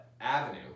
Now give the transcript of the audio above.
avenue